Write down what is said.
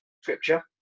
scripture